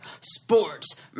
sports